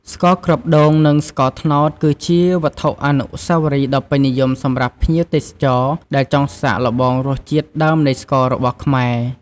ស្ករគ្រាប់ដូង និងស្ករត្នោត គឺជាវត្ថុអនុស្សាវរីយ៍ដ៏ពេញនិយមសម្រាប់ភ្ញៀវទេសចរ ដែលចង់សាកល្បងរសជាតិដើមនៃស្កររបស់ខ្មែរ។